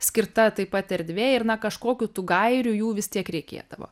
skirta taip pat erdvė ir na kažkokių tų gairių jų vis tiek reikėdavo